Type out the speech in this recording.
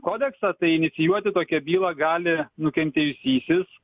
kodeksą tai inicijuoti tokią bylą gali nukentėjusysis